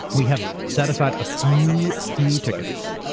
we have set aside a few, few tickets,